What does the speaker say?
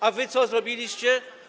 A wy co zrobiliście?